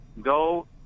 go